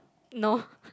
no